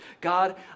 God